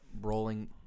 rolling